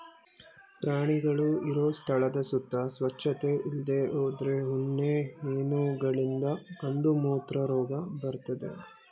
ಪ್ರಾಣಿಗಳು ಇರೋ ಸ್ಥಳದ ಸುತ್ತ ಸ್ವಚ್ಚತೆ ಇಲ್ದೇ ಹೋದ್ರೆ ಉಣ್ಣೆ ಹೇನುಗಳಿಂದ ಕಂದುಮೂತ್ರ ರೋಗ ಬರ್ತದೆ